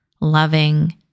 loving